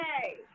hey